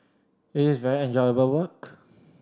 it is very enjoyable work